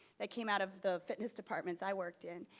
that came out of the fitness departments i worked in,